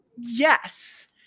Yes